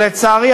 לצערי,